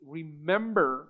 remember